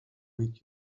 read